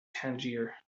tangier